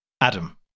Adam